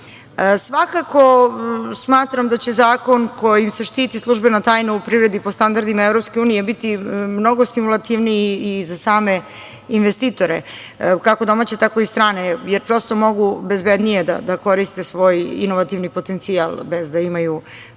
smatram da će zakon kojim se štiti službena tajna u privredi po standardima EU biti mnogo stimulativniji i za same investitore, kako domaće tako i strane, jer mogu bezbednije da koriste svoji inovativni potencijal, bez da imaju